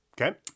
Okay